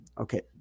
Okay